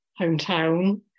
hometown